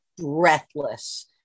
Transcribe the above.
breathless